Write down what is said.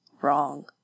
wrong